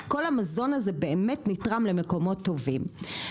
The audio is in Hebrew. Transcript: כל המזון הזה באמת נתרם למקומות טובים,